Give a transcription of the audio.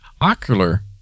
ocular